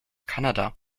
kanada